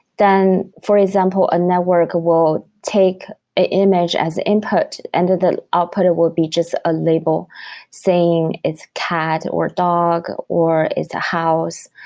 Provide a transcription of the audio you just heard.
then for example, a network will take image as input and the output will be just a label saying it's cat, or dog, or it's a house.